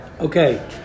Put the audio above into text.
Okay